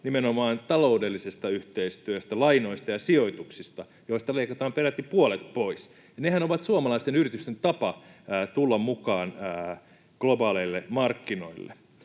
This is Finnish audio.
nimenomaan taloudellisesta yhteistyöstä, lainoista ja sijoituksista, joista leikataan peräti puolet pois? Nehän ovat suomalaisten yritysten tapa tulla mukaan globaaleille markkinoille.